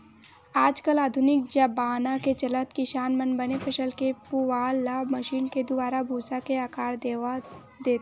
आज कल आधुनिक जबाना के चलत किसान मन बने फसल के पुवाल ल मसीन के दुवारा भूसा के आकार देवा देथे